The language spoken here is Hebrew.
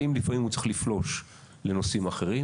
ואם לפעמים הוא צריך לפלוש לנושאים אחרים,